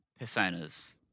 personas